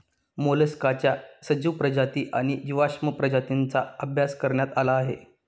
मोलस्काच्या सजीव प्रजाती आणि जीवाश्म प्रजातींचा अभ्यास करण्यात आला आहे